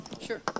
Sure